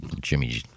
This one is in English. Jimmy